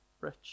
rich